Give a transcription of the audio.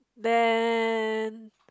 then